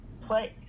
place